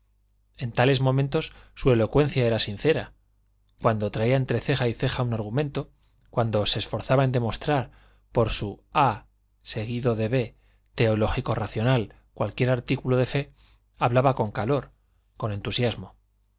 en tales momentos su elocuencia era sincera cuando traía entre ceja y ceja un argumento cuando se esforzaba en demostrar por su ab teológico racional cualquier artículo de fe hablaba con calor con entusiasmo